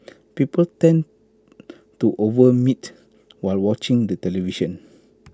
people tend to over meat while watching the television